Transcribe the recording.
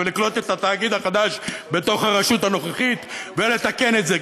ולקלוט את התאגיד החדש בתוך הרשות הנוכחית ולתקן את זה,